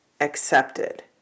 accepted